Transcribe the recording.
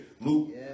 Luke